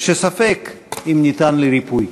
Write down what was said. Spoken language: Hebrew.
שספק אם ניתן לריפוי.